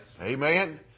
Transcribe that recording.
Amen